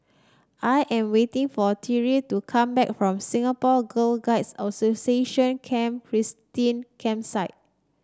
I am waiting for Tyreke to come back from Singapore Girl Guides Association Camp Christine Campsite